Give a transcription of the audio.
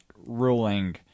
ruling